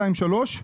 2, 3,